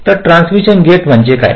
तर transmission gate म्हणजे काय